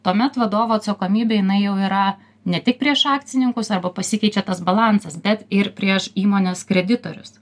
tuomet vadovo atsakomybė jinai jau yra ne tik prieš akcininkus arba pasikeičia tas balansas bet ir prieš įmonės kreditorius